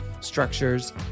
structures